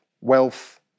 wealth